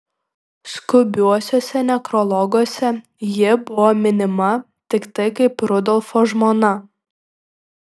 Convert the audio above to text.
skubiuosiuose nekrologuose ji buvo minima tiktai kaip rudolfo žmona